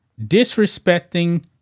disrespecting